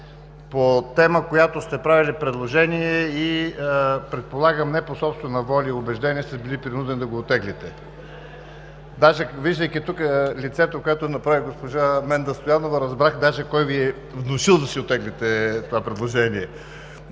по тема, по която сте правили предложение, и предполагам не по собствена воля и убеждение сте били принуден да го оттеглите. Виждайки тук лицето, което направи госпожа Менда Стоянова, разбрах даже кой Ви е внушил да оттеглите това предложение.